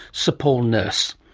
sir paul nurse.